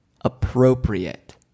appropriate